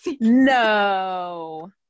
No